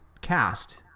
cast